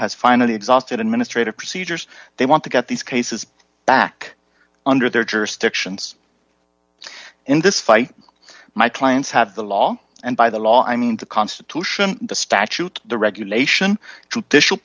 has finally exhausted administrative procedures they want to get these cases back under their jurisdictions in this fight my clients have the law and by the law i mean the constitution the statute the regulation